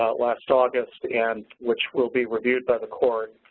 last august, and which will be reviewed by the court.